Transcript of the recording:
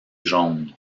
jaune